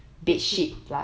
bed sheet